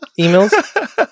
emails